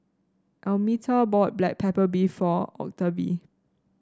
Almeta bought Black Pepper Beef for Octavie